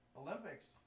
Olympics